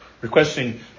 requesting